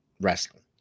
wrestling